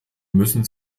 müssen